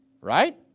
right